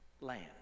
land